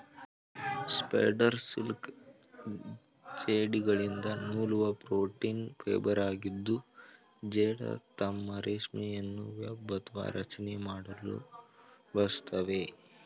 spider silk ಜೇಡಗಳಿಂದ ನೂಲುವ protein ಫೈಬರಾಗಿದ್ದು ಜೇಡ ತಮ್ಮ ರೇಷ್ಮೆಯನ್ನು ವೆಬ್ ಅಥವಾ ರಚನೆ ಮಾಡಲು ಬಳಸ್ತವೆ